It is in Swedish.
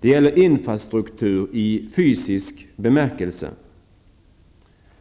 Det gäller infrastruktur i fysisk bemärkelse.